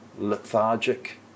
lethargic